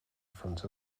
front